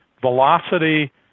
velocity